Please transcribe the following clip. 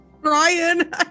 Brian